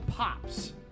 Pops